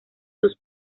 sus